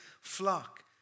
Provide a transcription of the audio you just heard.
flock